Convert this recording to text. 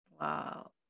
wow